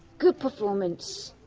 good performance.